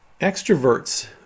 Extroverts